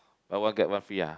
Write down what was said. buy one get one free ah